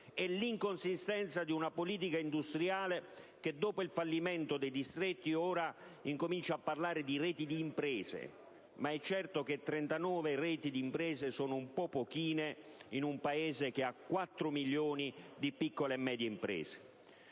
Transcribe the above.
all'inconsistenza di una politica industriale che, dopo il fallimento dei distretti, ora comincia a parlare di reti di imprese. Ma è certo che 39 reti di imprese sono un po' pochine in un Paese che ha 4 milioni di piccole e medie imprese!